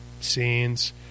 scenes